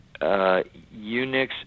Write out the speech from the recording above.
Unix